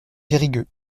périgueux